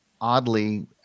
oddly